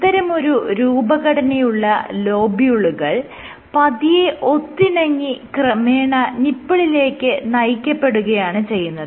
ഇത്തരമൊരു രൂപഘടനയുള്ള ലോബ്യൂളുകൾ പതിയെ ഒത്തിണങ്ങി ക്രമേണ നിപ്പിളിലേക്ക് നയിക്കപ്പെടുകയാണ് ചെയ്യുന്നത്